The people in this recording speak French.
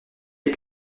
est